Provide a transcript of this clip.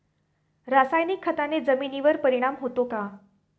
रासायनिक खताने जमिनीवर परिणाम होतो का?